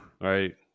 Right